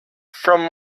from